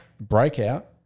breakout